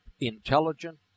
intelligent